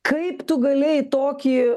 kaip tu galėjai tokį